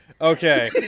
Okay